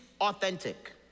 authentic